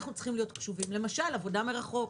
אנחנו צריכים להיות קשובים, למשל עבודה מרחוק.